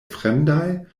fremdaj